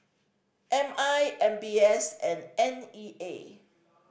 M I M B S and N E A